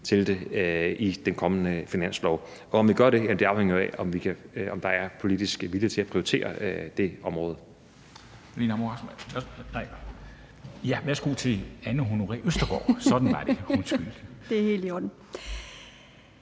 til det i den kommende finanslov, og om vi gør det, afhænger jo af, om der er politisk vilje til at prioritere det område.